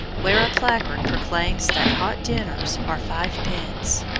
where a placard proclaims that hot dinners are five-pence.